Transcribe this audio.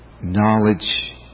Knowledge